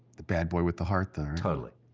the bad boy with the heart there. totally.